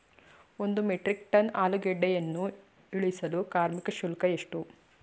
ಒಂದು metric ton ಆಲೂಗೆಡ್ಡೆಯನ್ನು ಇಳಿಸಲು ಕಾರ್ಮಿಕ ಶುಲ್ಕ ಎಷ್ಟು?